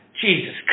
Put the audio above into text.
Jesus